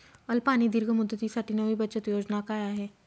अल्प आणि दीर्घ मुदतीसाठी नवी बचत योजना काय आहे?